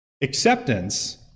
acceptance